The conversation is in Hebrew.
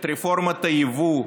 את רפורמת היבוא,